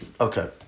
Okay